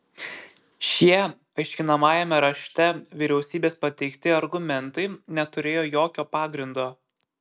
šie aiškinamajame rašte vyriausybės pateikti argumentai neturėjo jokio pagrindo